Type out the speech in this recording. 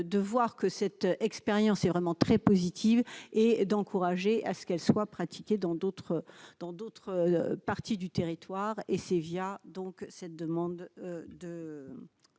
de voir que cette expérience est vraiment très positive et d'encourager à ce qu'elle soit pratiquée dans d'autres dans d'autres parties du territoire et c'est via donc cette demande de